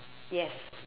yes